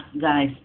guys